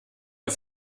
mir